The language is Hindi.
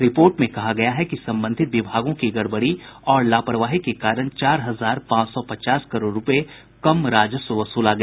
रिपोर्ट में कहा गया है कि संबंधित विभागों की गड़बड़ी और लापरवाही के कारण चार हजार पांच सौ पचास करोड़ रूपये कम राजस्व वसूला गया